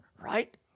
right